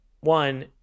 One